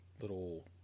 little